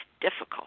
difficult